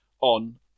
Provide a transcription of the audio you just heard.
on